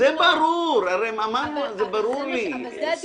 זה ברור לי, שגית.